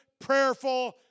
prayerful